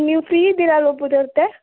ನೀವು ಫ್ರೀ ಇದ್ದೀರಲ್ಲವಾ ಪುರೋಹಿತ್ರೇ